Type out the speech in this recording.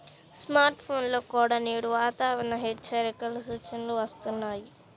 smart ఫోన్లలో కూడా నేడు వాతావరణ హెచ్చరికల సూచనలు వస్తున్నాయి